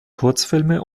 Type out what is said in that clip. kurzfilme